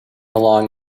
along